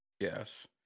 Yes